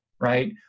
right